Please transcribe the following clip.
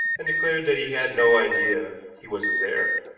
and declared that he had no idea he was his heir.